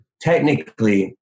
technically